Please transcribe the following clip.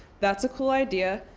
that's a cool idea.